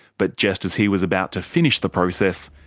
but just as he was about to finish the process,